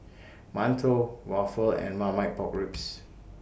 mantou Waffle and Marmite Pork Ribs